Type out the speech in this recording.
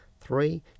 Three